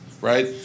right